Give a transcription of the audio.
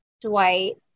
Dwight